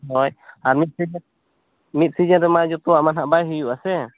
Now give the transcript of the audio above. ᱦᱳᱭ ᱟᱨ ᱢᱤᱫ ᱥᱤᱡᱤᱱ ᱢᱤᱫ ᱥᱤᱡᱤᱱ ᱨᱮᱢᱟ ᱡᱚᱛᱚᱣᱟᱜ ᱢᱟᱱᱟ ᱦᱟᱸᱜ ᱵᱟᱭ ᱦᱩᱭᱩᱜ ᱟᱥᱮ